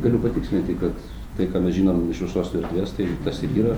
galiu patikslinti kad tai ką mes žinom iš viešosios erdvės tai tas ir yra